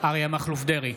אריה מכלוף דרעי,